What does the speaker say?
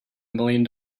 million